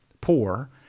poor